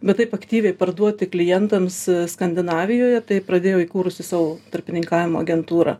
bet taip aktyviai parduoti klientams skandinavijoje tai pradėjau įkūrusi savo tarpininkavimo agentūrą